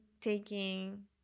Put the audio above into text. taking